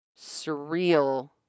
Surreal